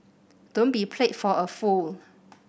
don't be played for a fool